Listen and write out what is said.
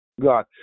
god